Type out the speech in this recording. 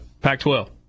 Pac-12